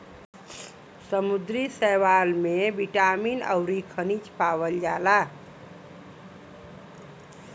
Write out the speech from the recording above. समुंदरी शैवाल में बिटामिन अउरी खनिज पावल जाला